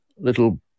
little